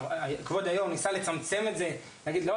כבוד היושב-ראש ניסה לצמצם את זה ולהגיד: לא,